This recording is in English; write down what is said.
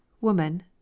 Woman